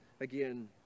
again